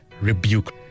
rebuke